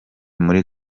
muri